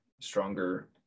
stronger